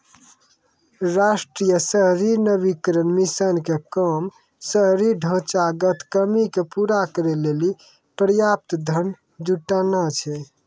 राष्ट्रीय शहरी नवीकरण मिशन के काम शहरी ढांचागत कमी के पूरा करै लेली पर्याप्त धन जुटानाय छै